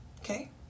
okay